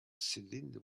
cylinder